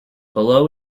below